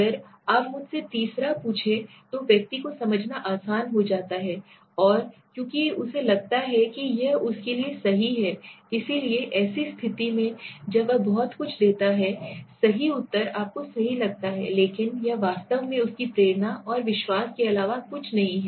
अगर आप मुझसे तीसरा पूछें तो व्यक्ति को समझाना आसान हो जाता है और क्योंकि उसे लगता कि यह उसके लिए सही है इसलिए ऐसी स्थिति में जब वह बहुत कुछ देता है सही उत्तर आपको सही लगता है लेकिन यह वास्तव में उसकी प्रेरणा और विश्वास के अलावा कुछ नहीं है